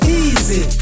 Easy